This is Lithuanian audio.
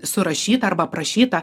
surašyta arba aprašyta